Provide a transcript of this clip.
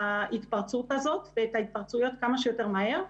ההתפרצות הזאת ואת ההתפרצויות כמה שיותר מהר,